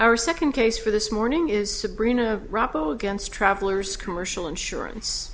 our second case for this morning is sabrina rocco against travelers commercial insurance